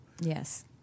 Yes